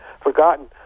forgotten